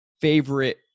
favorite